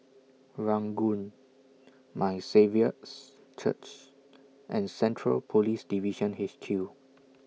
Ranggung My Saviour's Church and Central Police Division H Q